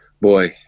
boy